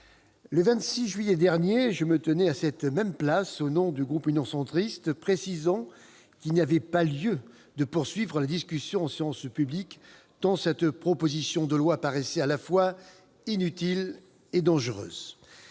le 26 juillet dernier, je précisais à cette même place, au nom du groupe Union Centriste, précisant qu'il n'y avait pas lieu de poursuivre la discussion en séance publique de cette proposition de loi, tant celle-ci apparaissait à la fois inutile et dangereuse,